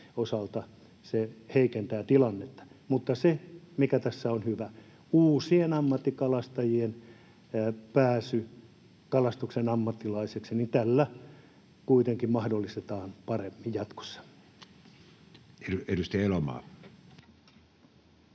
osalta se heikentää tilannetta. Mutta se, mikä tässä on hyvä, on se, että uusien ammattikalastajien pääsy kalastuksen ammattilaiseksi tällä kuitenkin mahdollistetaan paremmin jatkossa. [Speech 47]